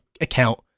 account